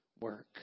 work